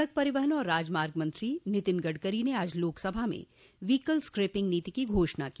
सडक परिवहन और राजमार्ग मंत्री नितिन गडकरी ने आज लोकसभा में व्हीकल स्क्रैपिंग नीति की घोषणा की